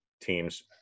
teams